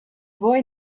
boy